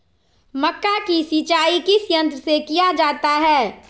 मक्का की सिंचाई किस यंत्र से किया जाता है?